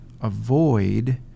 avoid